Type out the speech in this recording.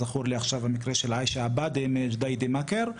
זכור לי עכשיו המקרה של עיישה עבאדי מג'דידה מכר,